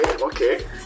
Okay